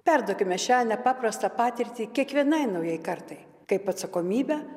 perduokime šią nepaprastą patirtį kiekvienai naujai kartai kaip atsakomybę